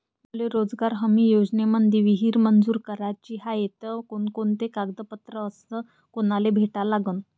मले रोजगार हमी योजनेमंदी विहीर मंजूर कराची हाये त कोनकोनते कागदपत्र अस कोनाले भेटा लागन?